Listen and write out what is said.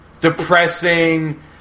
depressing